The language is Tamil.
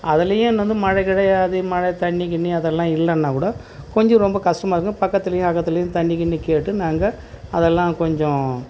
அதுலேயும் அது வந்து மழை கிழை எதாவது மழைத்தண்ணி கிண்ணி அதெல்லாம் இல்லைன்னாக்கூட கொஞ்சம் ரொம்ப கஷ்டமா இருக்குங்க பக்கத்துலேயும் அக்கத்துலேயும் தண்ணிக்கிண்ணி கேட்டு நாங்கள் அதெல்லாம் கொஞ்சம்